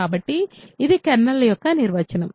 కాబట్టి ఇది కెర్నల్ యొక్క నిర్వచనం